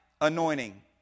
anointing